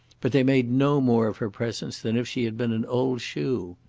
but they made no more of her presence than if she had been an old shoe.